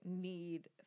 need